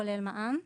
כולל מע"מ,